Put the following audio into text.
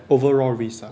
overall risk ah